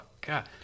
god